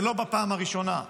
לא בפעם הראשונה,